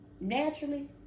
naturally